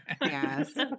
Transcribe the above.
Yes